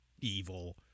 evil